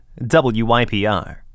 WYPR